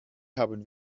haben